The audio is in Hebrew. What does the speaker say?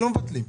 לא מבטלים,